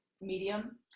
medium